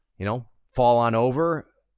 you know, fall on over,